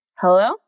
Hello